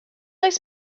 oes